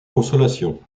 consolation